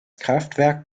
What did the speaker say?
kraftwerk